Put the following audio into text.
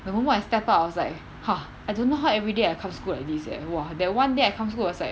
the moment I step out I was like !huh! I don't know how everyday I come school like this eh !wah! that one day I come school was like